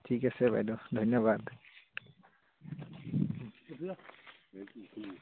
ঠিক আছে বাইদেউ ধন্যবাদ